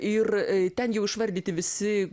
ir ten jau išvardyti visi